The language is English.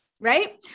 right